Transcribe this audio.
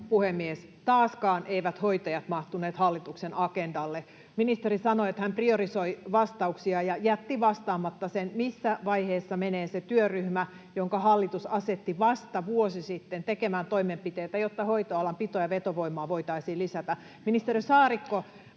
puhemies! Taaskaan eivät hoitajat mahtuneet hallituksen agendalle. Ministeri sanoi, että hän priorisoi vastauksia ja jätti vastaamatta sen, missä vaiheessa menee se työryhmä, jonka hallitus asetti vasta vuosi sitten tekemään toimenpiteitä, jotta hoitoalan pito‑ ja vetovoimaa voitaisiin lisätä. [Markus